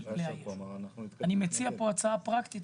אני מציע פה הצעה פרקטית,